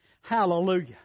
Hallelujah